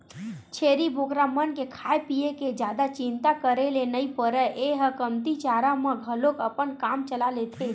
छेरी बोकरा मन के खाए पिए के जादा चिंता करे ल नइ परय ए ह कमती चारा म घलोक अपन काम चला लेथे